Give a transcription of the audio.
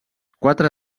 quatre